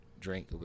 drink